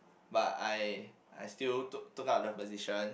but I I still took took up the position